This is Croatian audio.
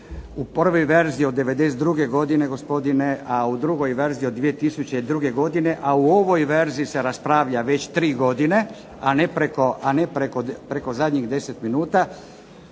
u prvoj verziji od 92. godine, a u drugoj verziji od 2002. godine, a u ovoj verziji se raspravlja preko 3 godine a ne preko zadnjih 10 minuta,